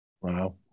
wow